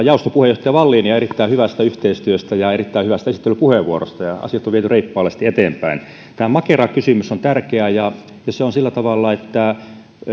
jaoston puheenjohtaja wallinia erittäin hyvästä yhteistyöstä ja erittäin hyvästä esittelypuheenvuorosta asiat on viety reippaanlaisesti eteenpäin tämä makera kysymys on tärkeä ja se on sillä tavalla että